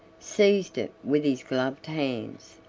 seized it with his gloved hands,